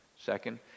Second